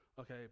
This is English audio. okay